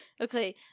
Okay